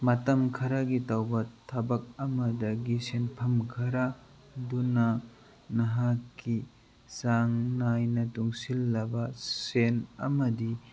ꯃꯇꯝ ꯈꯔꯒꯤ ꯇꯧꯕ ꯊꯕꯛ ꯑꯃꯗꯒꯤ ꯁꯦꯟꯐꯝ ꯈꯔꯗꯨꯅ ꯅꯍꯥꯛꯀꯤ ꯆꯥꯡ ꯅꯥꯏꯅ ꯇꯨꯡꯁꯤꯜꯂꯕ ꯁꯦꯜ ꯑꯃꯗꯤ